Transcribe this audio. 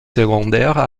secondaires